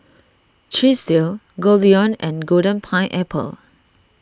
Chesdale Goldlion and Golden Pineapple